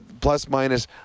plus-minus